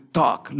talk